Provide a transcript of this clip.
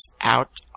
out